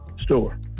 store